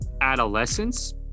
adolescence